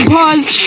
Pause